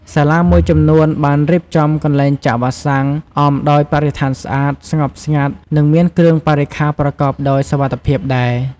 សាលាមួយចំនួនបានរៀបចំកន្លែងចាក់វ៉ាក់សាំងអមដោយបរិស្ថានស្អាត ស្ងប់ស្ងាត់ និងមានគ្រឿងបរិក្ខារប្រកបដោយសុវត្ថិភាពដែរ។